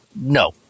no